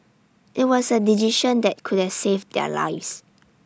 IT was A decision that could have saved their lives